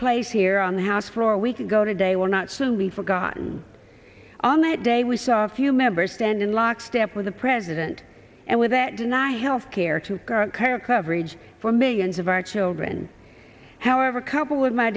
place here on the house for a week ago today will not soon be forgotten on that day we saw a few members stand in lockstep with the president and with that deny health care to care coverage for millions of our children however couple with my